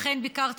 אכן ביקרתי